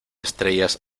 estrellas